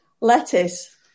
Lettuce